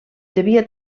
devia